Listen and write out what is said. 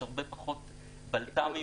יש הרבה פחות בלת"מים.